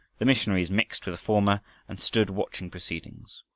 the missionaries mixed with the former and stood watching proceedings.